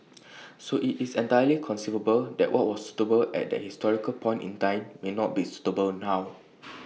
so IT is entirely conceivable that what was suitable at that historical point in time may not be suitable now